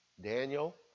Daniel